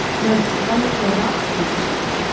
notes wonderful rock formations,